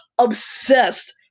obsessed